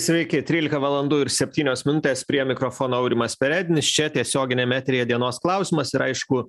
sveiki trylika valandų ir septynios minutės prie mikrofono aurimas perednis čia tiesioginiame eteryje dienos klausimas ir aišku